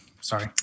Sorry